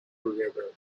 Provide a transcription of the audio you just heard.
together